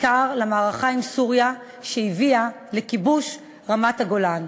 בעיקר למערכה עם סוריה, שהביאה לכיבוש רמת-הגולן.